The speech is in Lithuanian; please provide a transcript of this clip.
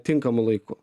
tinkamu laiku